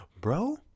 bro